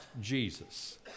Jesus